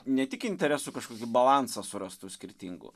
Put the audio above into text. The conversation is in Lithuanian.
ne tik interesų kažkokį balansas surastų skirtingų